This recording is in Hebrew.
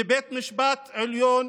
ובית המשפט העליון